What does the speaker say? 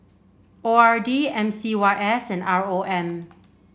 O R D M C Y S and R O M